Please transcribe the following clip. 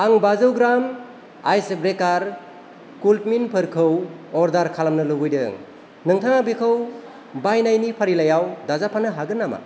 आं बाजौ ग्राम आइस ब्रेकार कुलमिन्टफोरखौ अर्दार खालामनो लुबैदों नोंथाङा बेखौ बायनायनि फारिलाइयाव दाजाबफानो हागोन नामा